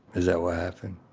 is that what happened?